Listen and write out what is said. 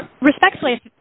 Respectfully